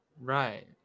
Right